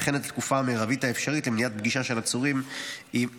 וכן את התקופה המרבית האפשרית למניעת פגישה של עצורים אלה